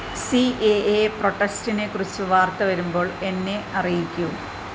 C A A പ്രൊട്ടസ്റ്റിനെക്കുറിച്ച് വാർത്ത വരുമ്പോൾ എന്നെ അറിയിക്കൂ